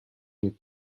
niet